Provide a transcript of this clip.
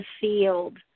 field